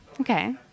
Okay